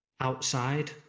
outside